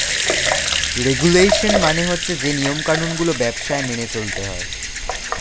regulation মানে হচ্ছে যে নিয়ম কানুন গুলো ব্যবসায় মেনে চলতে হয়